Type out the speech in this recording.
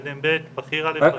מתקדם ב' --- אגב,